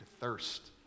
thirst